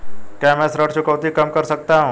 क्या मैं ऋण चुकौती कम कर सकता हूँ?